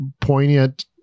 poignant